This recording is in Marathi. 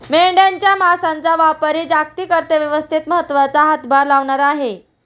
मेंढ्यांच्या मांसाचा व्यापारही जागतिक अर्थव्यवस्थेत महत्त्वाचा हातभार लावणारा आहे